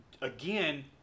Again